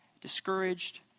discouraged